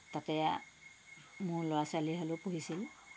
তাতে মোৰ ল'ৰা ছোৱালী হালো পঢ়িছিল